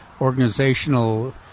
organizational